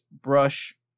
brush